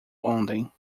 ontem